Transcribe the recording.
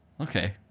Okay